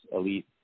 elite